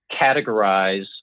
categorize